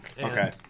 Okay